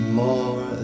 more